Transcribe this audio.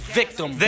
victim